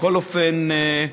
בכל אופן,